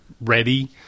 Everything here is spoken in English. ready